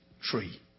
tree